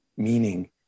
meaning